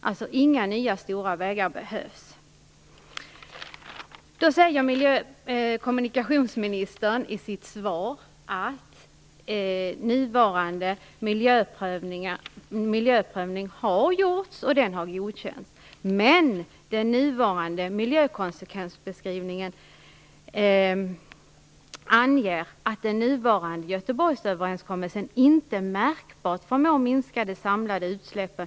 Då behövs inga nya stora vägar. Kommunikationsministern säger i svaret att en miljöprövning gjorts och godkänts. Men i den nuvarande miljökonsekvensbeskrivningen anges att Göteborgsöverenskommelsen inte märkbart förmår minska de samlade utsläppen.